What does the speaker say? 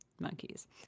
monkeys